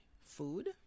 Food